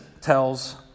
tells